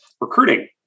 recruiting